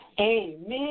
Amen